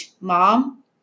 Mom